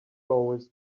always